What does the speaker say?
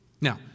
Now